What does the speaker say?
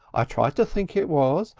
i tried to think it was.